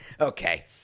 Okay